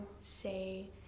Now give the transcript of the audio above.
say